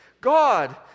God